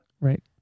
Right